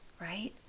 right